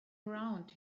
around